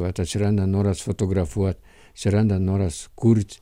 vat atsiranda noras fotografuot atsiranda noras kurt